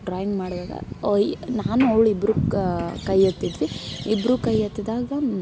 drawing ಮಾಡೋರ ಈ ನಾನು ಅವಳು ಇಬ್ಬರು ಕೈ ಎತ್ತಿದ್ವಿ ಇಬ್ಬರು ಕೈ ಎತ್ತಿದಾಗ